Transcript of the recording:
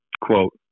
Quote